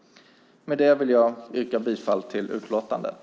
Med detta vill jag yrka bifall till utlåtandet.